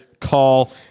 call